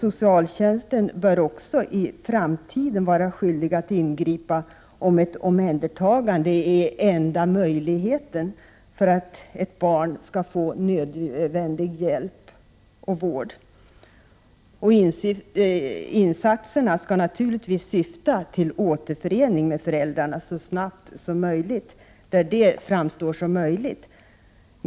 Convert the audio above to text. Socialtjänsten bör också i framtiden vara skyldig att ingripa, om ett omhändertagande är den enda möjligheten för att ett barn skall få nödvändig hjälp och vård. Insatserna skall naturligtvis syfta till en återförening med föräldrarna snarast där detta framstår som möjligt.